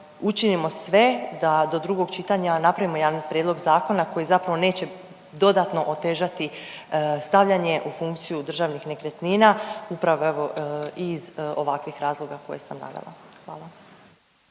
učinimo sve da do drugog čitanja napravimo jedan prijedlog zakona koji zapravo neće dodatno otežati stavljanje u funkciju državnih nekretnina upravo evo iz ovakvih razloga koje sam navela. Hvala.